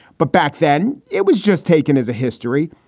but back then, it was just taken as a history.